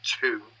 two